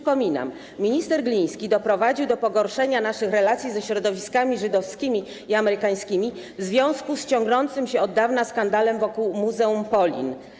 Przypominam, że minister Gliński doprowadził do pogorszenia naszych relacji ze środowiskami żydowskimi i amerykańskimi w związku z ciągnącym się od dawna skandalem wokół muzeum Polin.